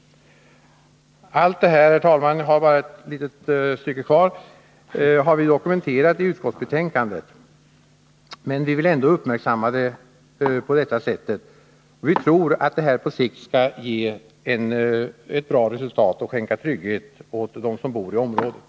Allt det här har vi dokumenterat i utskottsbetänkandet. Men vi vill ändå fästa uppmärksamheten på det på detta sätt. Vi tror att den här verksamheten på sikt skall ge bra resultat och skänka trygghet åt dem som bor i resp. områden.